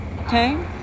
okay